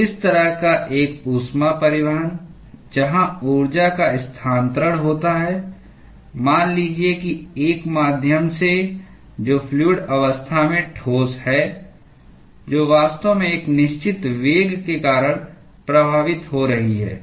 तो इस तरह का एक ऊष्मा परिवहन जहाँ ऊर्जा का स्थानान्तरण होता है मान लीजिए कि एक माध्यम से जो फ्लूअड अवस्था में ठोस है जो वास्तव में एक निश्चित वेग के कारण प्रवाहित हो रहा है